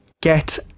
get